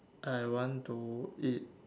I want to eat